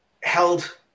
held